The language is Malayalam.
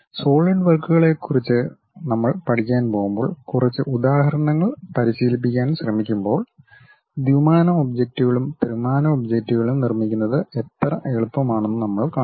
സോളിഡ് വർക്കുകളെക്കുറിച്ച് നമ്മൾ പഠിക്കാൻ പോകുമ്പോൾ കുറച്ച് ഉദാഹരണങ്ങൾ പരിശീലിപ്പിക്കാൻ ശ്രമിക്കുമ്പോൾ ദ്വിമാന ഒബ്ജക്റ്റുകളും ത്രിമാന ഒബ്ജക്റ്റുകളും നിർമ്മിക്കുന്നത് എത്ര എളുപ്പമാണെന്ന് നമ്മൾ കാണും